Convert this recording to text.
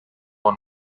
one